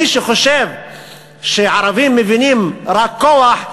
מי שחושב שערבים מבינים רק כוח,